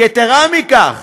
יתרה מכך,